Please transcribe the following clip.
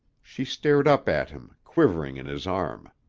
she stared up at him, quivering in his arm.